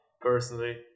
personally